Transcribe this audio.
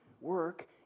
work